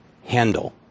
handle